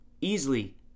easily